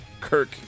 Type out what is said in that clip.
Kirk